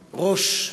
ראש,